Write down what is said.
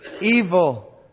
evil